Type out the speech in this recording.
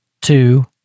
two